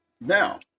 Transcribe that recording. now